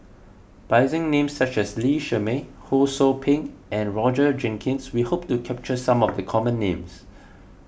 by using names such as Lee Shermay Ho Sou Ping and Roger Jenkins we hope to capture some of the common names